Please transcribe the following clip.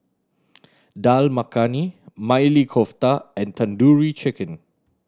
Dal Makhani Maili Kofta and Tandoori Chicken